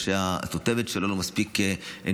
או שהתותבת שלו לא מספיק נכונה,